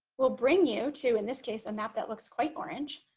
will bring you to in this case a map that looks quite orange